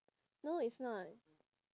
no it's not